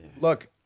Look